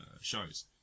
shows